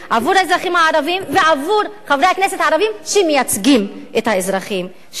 עבור האזרחים הערבים ועבור חברי הכנסת הערבים שמייצגים את האזרחים שלהם.